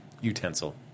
Utensil